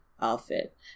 outfit